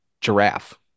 giraffe